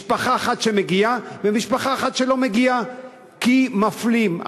משפחה אחת שמגיעה ומשפחה אחת שלא מגיעה כי מפלים.